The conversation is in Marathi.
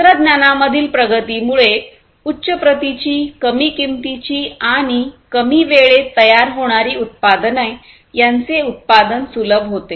तंत्रज्ञानामधील प्रगतीमुळे उच्च प्रतीची कमी किंमतीची आणि कमी वेळेत तयार होणारी उत्पादने यांचे उत्पादन सुलभ होते